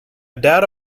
data